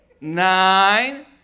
nine